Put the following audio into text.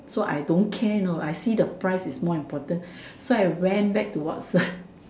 so I don't care you know I see the price is more important so I went back to Watsons